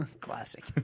Classic